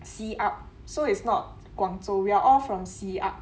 siap so it's not 广州 so we are all from siap